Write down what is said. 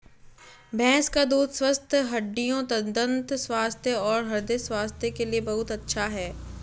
भैंस का दूध स्वस्थ हड्डियों, दंत स्वास्थ्य और हृदय स्वास्थ्य के लिए बहुत अच्छा है